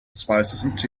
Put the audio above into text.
spices